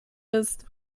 ist